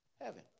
Heaven